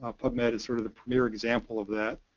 ah pubmed is sort of the premier example of that.